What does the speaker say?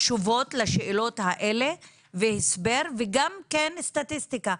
תשובות לשאלות האלה והסבר וגם סטטיסטיקה,